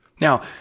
Now